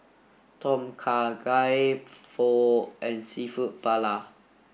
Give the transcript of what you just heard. Tom Kha Gai Pho and Seafood Paella